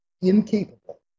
incapable